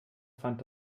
fand